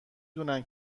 دونن